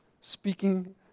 speaking